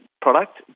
product